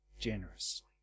generously